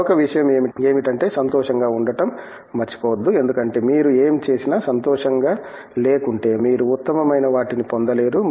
మరొక విషయం ఏమిటంటే సంతోషంగా ఉండటం మర్చిపోవద్దు ఎందుకంటే మీరు ఏమి చేసినా సంతోషంగా లేకుంటే మీరు ఉత్తమమైన వాటిని పొందలేరు